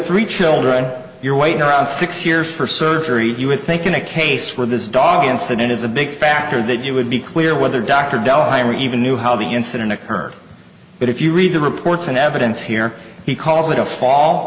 three children you're waiting around six years for surgery you would think in a case where this dog incident is a big factor that you would be clear whether dr del higher even knew how the incident occurred but if you read the reports and evidence here he calls it a fall